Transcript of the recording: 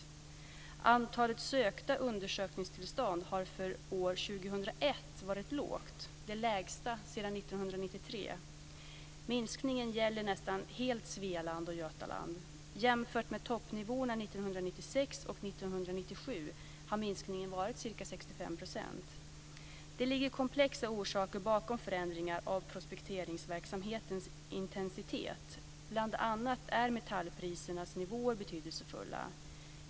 Antalet sökta undersökningstillstånd har för år 2001 varit lågt, det lägsta sedan 1993. Minskningen gäller nästan helt Svealand och Götaland. Jämfört med toppnivåerna 1996 och 1997 har minskningen varit ca 65 %. Det ligger komplexa orsaker bakom förändringar av prospekteringsverksamhetens intensitet, bl.a. är metallprisernas nivåer betydelsefulla.